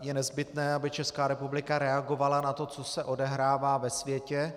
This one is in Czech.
Je nezbytné, aby Česká republika reagovala na to, co se odehrává ve světě.